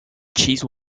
cheese